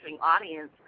audience